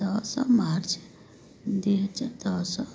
ଦଶ ମାର୍ଚ୍ଚ ଦୁଇହଜାର ଦଶ